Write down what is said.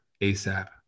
ASAP